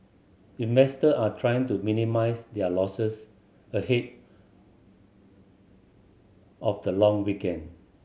investor are trying to minimise their losses ahead of the long weekend